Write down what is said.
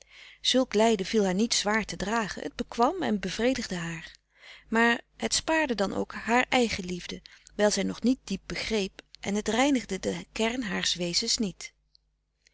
zulk lijden viel haar niet zwaar te dragen het bekwam en bevredigde haar maar het spaarde dan ook haar eigenliefde wijl zij nog niet diep begreep en het reinigde den kern haars wezens niet